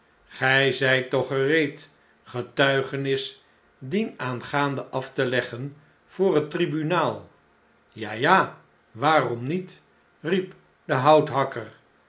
gij zijt toch gereed getuigenis dienaangaande af te leggen voor net tribunaal ja jal waarom niet riep de houthakker